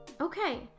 Okay